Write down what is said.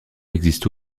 existe